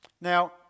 Now